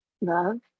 love